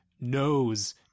knows